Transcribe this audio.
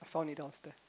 found it downstair